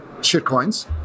shitcoins